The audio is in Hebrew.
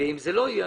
אם זה לא יהיה,